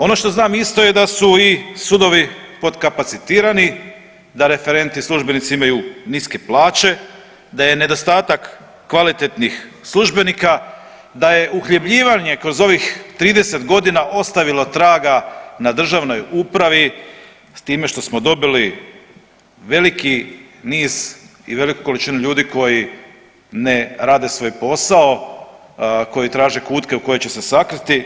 Ono što znam isto je da su i sudovi potkapacitirani, da referenti, službenici imaju niske plaće, da je nedostatak kvalitetnih službenika, da je uhljebljivanje kroz ovih trideset godina ostavilo traga na državnoj upravi time što smo dobili veliki niz i veliku količinu ljudi koji ne rade svoj posao, koji traže kutke u koje će se sakriti.